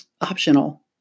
optional